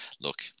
look